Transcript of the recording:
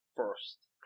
first